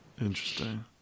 interesting